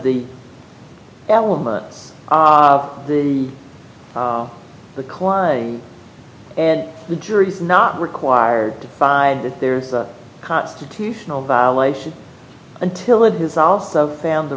the elements the the client and the jury's not required to find that there's a constitutional violation until it has also found the